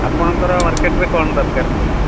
ଆପଣଙ୍କର ମାର୍କେଟରେ କ'ଣ ଦରକାର କୁହନ୍ତୁ